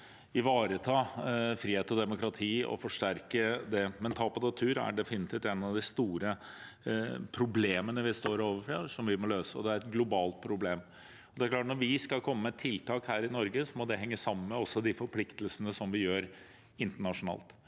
av frihet og demokrati. Tap av natur er definitivt et av de store problemene vi står overfor, som vi må løse, og det er et globalt problem. Det er klart at når vi skal komme med tiltak her i Norge, må det også henge sammen med de forpliktelsene vi har internasjonalt.